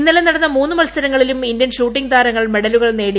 ഇന്നലെ നടന്ന മൂന്നു മത്സരങ്ങളിലും ഇന്ത്യൻ ഷൂട്ടിംഗ് താരങ്ങൾ മെഡലുകൾ നേടി